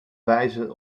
wijzen